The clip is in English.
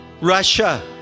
russia